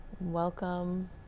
Welcome